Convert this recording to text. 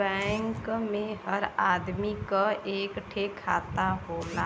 bank मे हर आदमी क एक ठे खाता होला